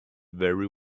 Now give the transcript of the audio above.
very